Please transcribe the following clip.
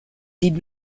did